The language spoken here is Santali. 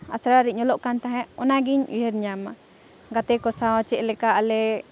ᱟᱥᱲᱟᱨᱮᱧ ᱚᱞᱚᱜᱠᱟᱱ ᱛᱟᱦᱮᱸᱫ ᱚᱱᱟᱜᱮᱧ ᱩᱭᱦᱟᱹᱨ ᱧᱟᱢᱟ ᱜᱟᱛᱮᱠᱚ ᱥᱟᱶ ᱪᱮᱫᱞᱮᱠᱟ ᱟᱞᱮ